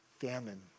famine